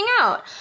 out